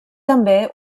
també